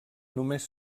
només